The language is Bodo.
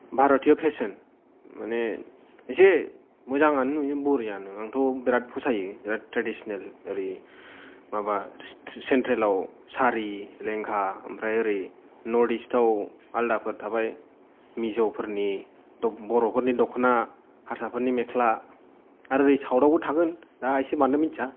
भारतीय पेसोन मानि एसे मोजाङानो नुयो बरियानो आंथ' बेराद फसायो बेराद त्रेदिस्नेल ओरै माबा सेनथ्रेलाव सारी लेहंगा ओमफ्राय ओरै नोरथ ईस्त आव आलदाफोर थाबाय मिज'फोरनि बर'फोरनि दख'ना हारसा फोरनि मेख्ला आर ओरै साउथ आवबो थागोन दा एसे बांद्राय मिथिया